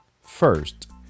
First